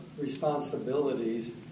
responsibilities